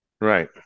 right